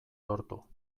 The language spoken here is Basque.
lortu